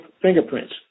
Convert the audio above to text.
fingerprints